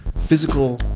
physical